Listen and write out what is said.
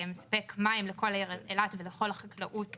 מספק מים לכל העיר אילת ולכל החקלאות